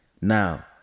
Now